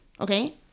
Okay